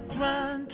run